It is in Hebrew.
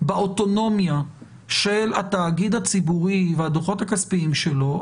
באוטונומיה של התאגיד הציבורי והדוחות הכספיים שלו,